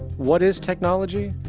what is technology?